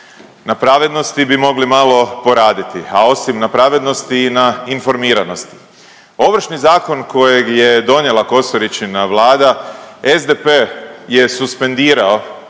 na pravednosti bi mogli malo poraditi, a osim na pravednosti i na informiranosti. Ovršni zakon kojeg je donijela Kosoričina vlada SDP je suspendirao,